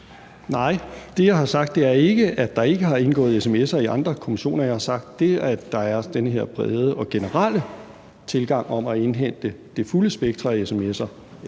Nej, det, jeg har sagt, er ikke, at der ikke har indgået sms'er i andre kommissioner; jeg har sagt, at det, at der er den her brede og generelle tilgang, hvor man vil indhente det fulde spektrum af sms'er